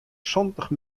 santich